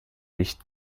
nicht